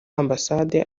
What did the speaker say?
ambasade